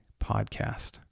podcast